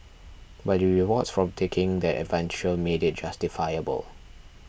but the rewards from taking that adventure made it justifiable